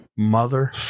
Mother